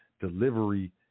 delivery